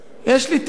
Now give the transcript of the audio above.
אשתי ואני